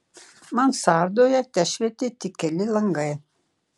mansardoje tešvietė tik keli langai